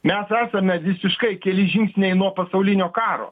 mes esame visiškai keli žingsniai nuo pasaulinio karo